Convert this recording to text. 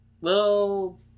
Little